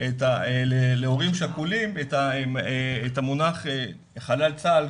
להורים שכולים את המונח 'חלל צה"ל',